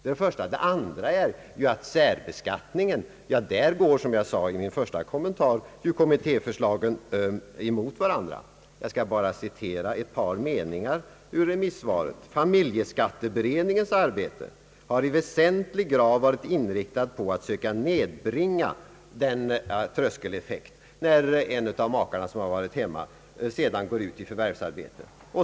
Beträffande <särbeskattningen «går, som jag sade i min första kommentar, kommittéförslagen emot varandra. Jag skall här bara citera några meningar ur familjeskatteberedningens remisssvar: »Familjeskatteberedningens arbete har i väsentlig grad varit inriktat på att söka nedbringa denna tröskeleffekt.» Där gäller det alltså den effekt som uppstår när en hemmavarande make går ut i förvärvsarbete.